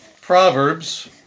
Proverbs